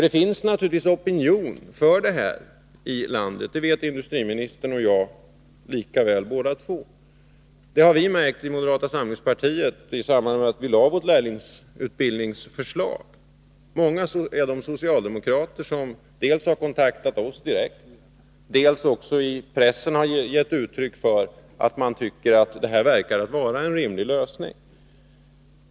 Det finns naturligtvis opinion för detta i landet. Det vet industriministern och jag lika väl båda två. Det har vi märkt i moderata samlingspartiet i samband med att vi lade fram vårt förslag till lärlingsutbildning. Många är de socialdemokrater som har dels kontaktat oss direkt, dels i pressen gett uttryck för att man tycker att det här verkar vara en rimlig lösning.